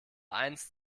einst